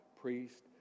priest